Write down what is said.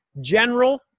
general